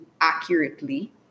accurately